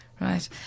Right